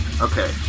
okay